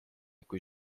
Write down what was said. kui